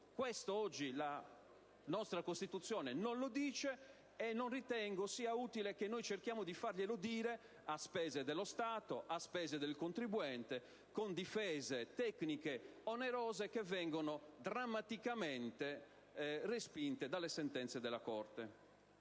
Questo oggi la nostra Costituzione non lo afferma e non ritengo utile cercare di farglielo dire a spese dello Stato, del contribuente, con difese tecniche onerose che vengono drammaticamente respinte dalle sentenze della Corte.